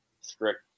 strict